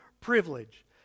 privilege